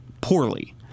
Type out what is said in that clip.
poorly